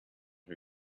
who